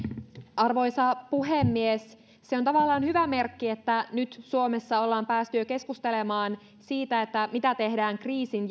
arvoisa puhemies on tavallaan hyvä merkki että nyt suomessa ollaan päästy jo keskustelemaan siitä mitä tehdään kriisin